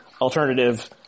alternative